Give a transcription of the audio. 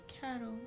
cattle